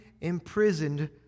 imprisoned